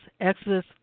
Exodus